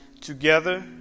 together